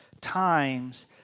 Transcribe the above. times